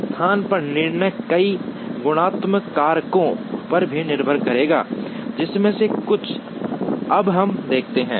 स्थान पर निर्णय कई गुणात्मक कारकों पर भी निर्भर करेगा जिनमें से कुछ अब हम देखेंगे